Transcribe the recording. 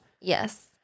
Yes